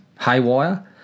Haywire